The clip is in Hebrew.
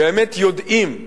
באמת יודעים,